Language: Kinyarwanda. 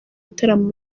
bitaramo